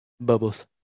bubbles